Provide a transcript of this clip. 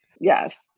Yes